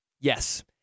Yes